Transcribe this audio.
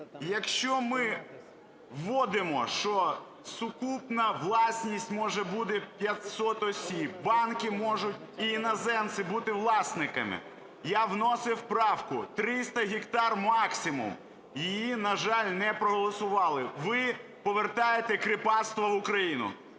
Якщо ми вводимо, що сукупна власність може бути 500 осіб, банки можуть і іноземці бути власниками, я вносив правку – 300 гектарів максимум, її, на жаль, не проголосували. Ви повертаєте кріпацтво в Україну.